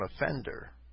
offender